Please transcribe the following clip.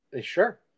Sure